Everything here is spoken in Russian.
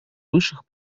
высших